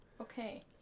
okay